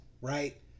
Right